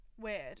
weird